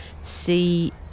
see